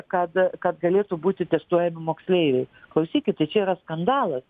kad kad galėtų būti testuojami moksleiviai klausykit tai čia yra skandalas